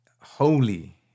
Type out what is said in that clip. Holy